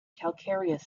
calcareous